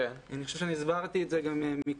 אני חושב שהסברתי את זה גם קודם.